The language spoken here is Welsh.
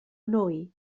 nwy